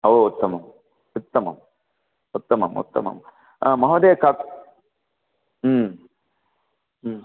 हो उत्तमम् उत्तमम् उत्तमम् उत्तमं महोदय क